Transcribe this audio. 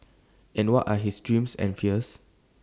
and what are his dreams and fears